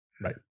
Right